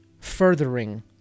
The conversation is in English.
furthering